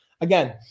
Again